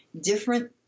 different